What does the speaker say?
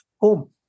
home